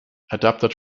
adapted